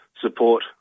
support